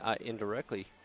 indirectly